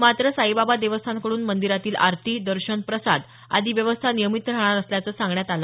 मात्र साईबाबा देवस्थानकडून मंदिरातील आरती दर्शन प्रसाद आदी व्यवस्था नियमित राहणार असल्याचं सांगण्यात आलं